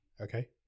Okay